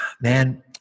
Man